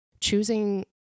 choosing